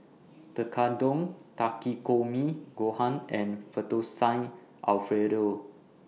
Tekkadon Takikomi Gohan and Fettuccine Alfredo